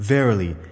Verily